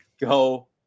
Go